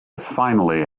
finally